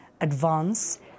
advance